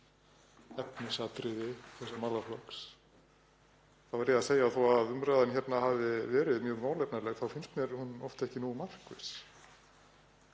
efnisatriði þessa málaflokks þá verð ég að segja að þó að umræðan hérna hafi verið mjög málefnaleg þá finnst mér hún oft ekki nógu markviss